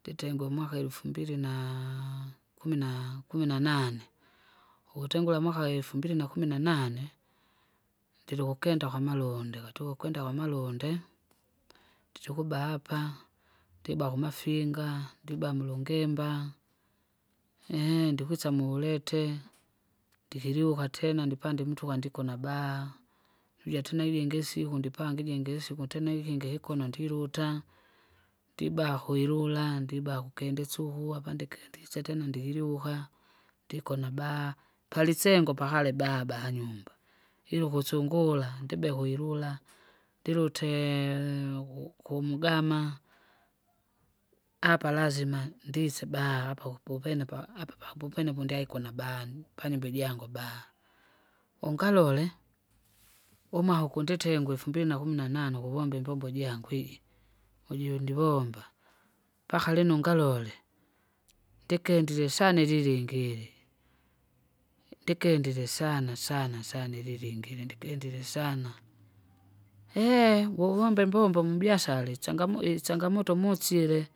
nditengwe umwaka elufumbili naa kumi naa kumi na nane, ukutengura mwaka elufumbili na kumi na nane. Ndiri ukukinda kwamalundika tukukinda kwamalunde! chukuba apa, ndiba kumafinga, ndiba mulungimba, ndikwisa mulete, ndikiliuka tena ndipande mutuka ndiko nabaa, luja tena ilingi isuku ndipange ijingi isiku tena ikingi ikuna ndiluta, ndiba kuilula, ndibaa kukende sikuwa apandikendise tena ndiliugha, ndikona baa. Palisengo pakale baba nanyumba, ila ukusyungura ndibe kuilula, ndilutee! ku- kumgama, apa lazima ndise baa apaku popene pa- apa- papopene pondyaiko nabanu panyumba ijangu baa. Ungalole umwaka ukunditingwa efumbili na kumi na nane ukuvomba imbombo jangu iji, uju ndivomba. Mpaka lino ngalole ndikendile sana ililingi ili, ndikendile sana sana ililingi ili ndikendile sana eehe! vouvomba imbombo mubiasala inchangamo- ichangamoto motsile.